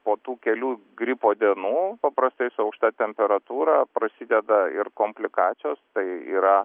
po tų kelių gripo dienų paprastai su aukšta temperatūra prasideda ir komplikacijos tai yra